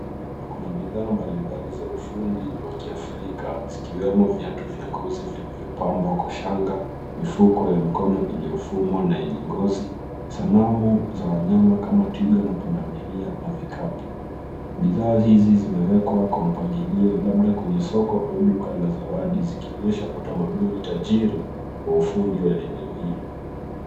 Kuna bidhaa mbalimbali za ufundi wa kiafrika zikiwemo viatu vya ngozi vilivyopambwa kwa shanga, mifuko ya mkono iliyofumwa na yenye ngozi, sanamu za wanyama kama twiga na pundamilia na vikapu. Bidhaa hizi zimewekwa kwa mpangilio labda kwenye soko au duka la zawadi zikionyesha utamaduni tajiri wa ufundi wa eneo hilo.